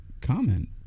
comment